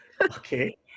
Okay